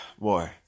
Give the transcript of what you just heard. boy